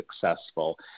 successful